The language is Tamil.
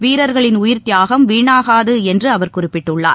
வீரர்களின் உயிர்த்தியாகம் வீணாகாதுஎன்றுஅவர் குறிப்பிட்டுள்ளார்